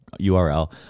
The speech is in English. URL